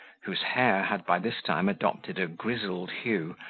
whose hair had by this time adopted a grizzled hue,